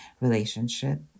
relationship